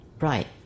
Right